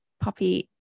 Poppy